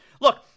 Look